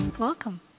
Welcome